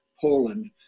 Poland